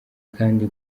kandi